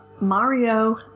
Mario